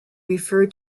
refer